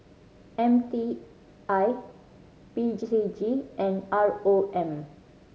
M T I P G C G and R O M